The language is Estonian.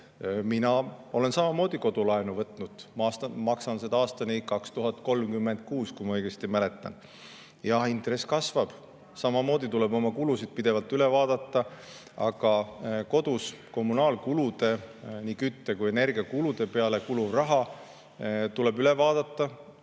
Mina olen samamoodi kodulaenu võtnud. Maksan seda aastani 2036, kui ma õigesti mäletan. Jah, intress kasvab, samamoodi tuleb oma kulusid pidevalt üle vaadata. Ka kodus kommunaalkulude, nii kütte- kui energiakulude peale kuluv raha tuleb üle vaadata.